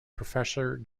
professor